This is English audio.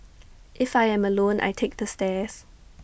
if I am alone I take the stairs